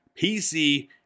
pc